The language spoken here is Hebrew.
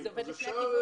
זה עובד לשני הכיוונים.